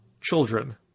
children